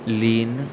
लीन